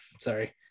sorry